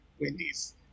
Wendy's